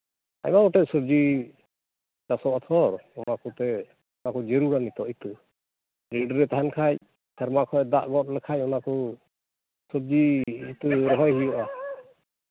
ᱟᱭᱢᱟ ᱜᱚᱴᱮᱡ ᱥᱚᱵᱽᱡᱤ ᱪᱟᱥᱼᱟ ᱛᱚ ᱚᱱᱟ ᱠᱚᱛᱮ ᱟᱨᱦᱚᱸ ᱰᱷᱮᱨ ᱫᱟᱢ ᱱᱤᱛᱚᱜ ᱤᱛᱟᱹ ᱱᱤᱴ ᱨᱮ ᱛᱟᱦᱮᱱ ᱠᱷᱟᱱ ᱥᱮᱨᱢᱟ ᱠᱷᱚᱱ ᱮ ᱫᱟᱜ ᱫᱟᱜ ᱜᱚᱫ ᱞᱮᱠᱷᱟᱱ ᱚᱱᱟᱠᱚ ᱥᱚᱵᱽᱡᱤ ᱤᱛᱟᱹ ᱨᱚᱦᱚᱭ ᱦᱩᱭᱩᱜᱼᱟ